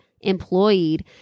employed